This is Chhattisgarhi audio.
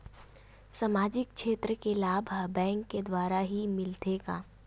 सामाजिक क्षेत्र के लाभ हा बैंक के द्वारा ही मिलथे का?